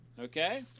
Okay